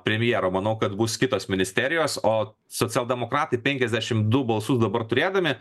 premjero manau kad bus kitos ministerijos o socialdemokratai penkiasdešim du balsus dabar turėdami